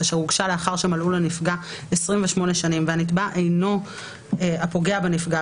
אשר הוגשה לאחר שמלאו לנפגע 28 שנים והנתבע אינו הפוגע בנפגע,